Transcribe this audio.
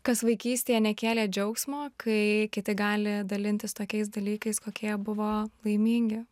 kas vaikystėje nekėlė džiaugsmo kai kiti gali dalintis tokiais dalykais kokie jie buvo laimingi